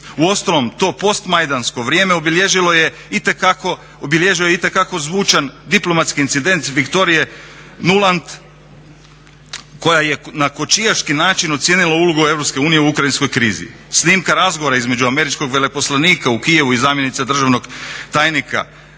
Uostalom to post majdansko vrijeme obilježio je itekako zvučan diplomatski incident Victorije Nuland koja je na kočijaški način ocijenila ulogu EU u Ukrajinskoj krizi. Snimka razgovora između američkog veleposlanika u Kijevu i zamjenica državnog tajnika